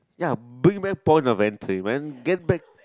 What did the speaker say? ya bring back Point of Entry man get back